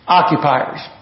occupiers